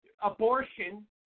abortion